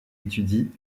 étudie